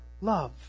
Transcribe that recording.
love